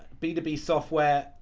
b two b software,